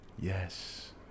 Yes